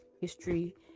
history